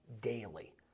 daily